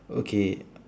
okay